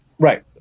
Right